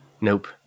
Nope